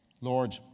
Lord